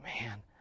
man